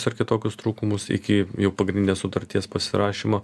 ir kitokius trūkumus iki jau pagrindinės sutarties pasirašymo